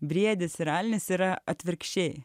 briedis ir elnias yra atvirkščiai